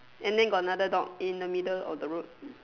and then got another dog in the middle of the road